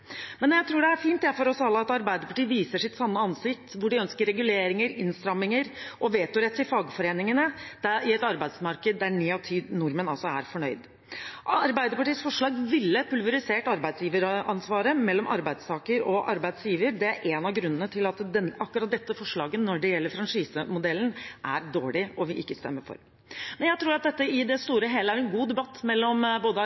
Men jeg tror det er fint for oss alle at Arbeiderpartiet viser sitt sanne ansikt, hvor de ønsker reguleringer, innstramminger og vetorett til fagforeningene i et arbeidsmarked der ni av ti nordmenn altså er fornøyd. Arbeiderpartiets forslag ville ha pulverisert arbeidsgiveransvaret mellom arbeidstaker og arbeidsgiver. Det er en av grunnene til at akkurat dette forslaget, når det gjelder franchisemodellen, er dårlig, og at vi ikke stemmer for. Jeg tror at dette i det